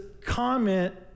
comment